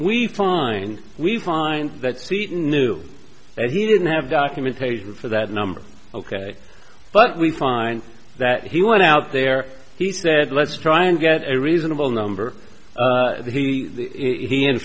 find we find that seaton knew that he didn't have documentation for that number ok but we find that he went out there he said let's try and get a reasonable number he he in